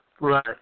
Right